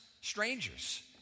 strangers